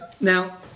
Now